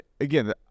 again